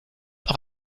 auch